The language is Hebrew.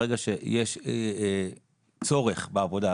ברגע שיש צורך בעבודה,